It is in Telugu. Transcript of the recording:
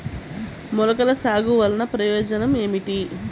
మొలకల సాగు వలన ప్రయోజనం ఏమిటీ?